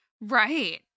Right